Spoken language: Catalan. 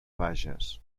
bages